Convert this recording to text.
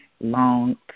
long